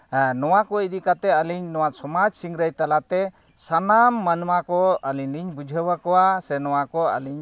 ᱱᱚᱣᱟ ᱠᱚ ᱤᱫᱤ ᱠᱟᱛᱮᱫ ᱟᱹᱞᱤᱧ ᱱᱚᱣᱟ ᱥᱚᱢᱟᱡᱽ ᱥᱤᱝᱨᱟᱹᱭ ᱛᱟᱞᱟᱛᱮ ᱥᱟᱱᱟᱢ ᱢᱟᱱᱣᱟ ᱠᱚ ᱟᱹᱞᱤᱧ ᱞᱤᱧ ᱵᱩᱡᱷᱟᱹᱣᱟᱠᱚᱣᱟ ᱥᱮ ᱱᱚᱣᱟ ᱠᱚ ᱟᱹᱞᱤᱧ